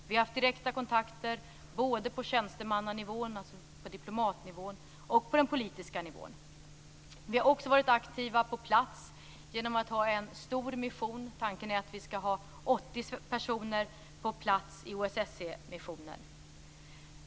Vi har haft direkta kontakter både på tjänstemannanivån, dvs. diplomatnivån, och på den politiska nivån. Vi har också varit aktiva på plats genom att ha en stor mission. Tanken är att vi skall ha 80 personer på plats i OSSE-missioner.